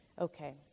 Okay